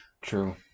True